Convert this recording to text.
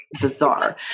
bizarre